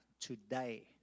today